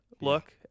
look